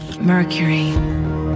Mercury